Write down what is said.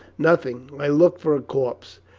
nothing. i looked for a corpse.